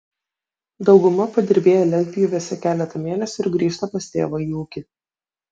dauguma padirbėja lentpjūvėse keletą mėnesių ir grįžta pas tėvą į ūkį